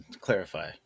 clarify